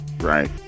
right